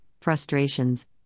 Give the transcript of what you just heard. frustrations